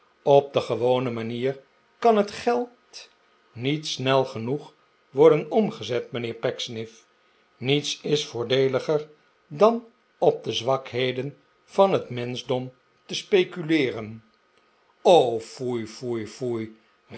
op de gewone manier kan het geld niet snel genoeg worden omgezet mijnheer pecksniff niets is voordeeliger dan op de zwakheden van het menschdom te speculeeren